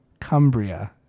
Cumbria